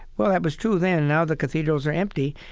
well, that was true then. now the cathedrals are empty,